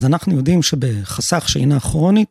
ואנחנו יודעים שבחסך שינה כרוני...